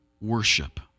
worship